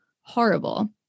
horrible